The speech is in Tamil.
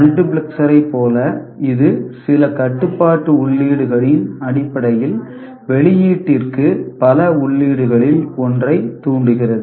மல்டிபிளெக்சரைப் போல இது சில கட்டுப்பாட்டு உள்ளீடுகளின் அடிப்படையில் வெளியீட்டிற்கு பல உள்ளீடுகளில் ஒன்றைத் தூண்டுகிறது